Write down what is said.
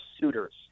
suitors